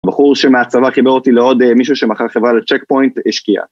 הבחור שמהצבא חיבר אותי לעוד מישהו שמכר חברה לצ'ק פוינט השקיעה